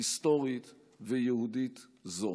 היסטורית ויהודית זו.